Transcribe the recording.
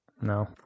No